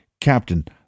Captain